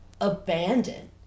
abandon